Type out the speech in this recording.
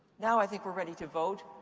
now i think we're ready to vote.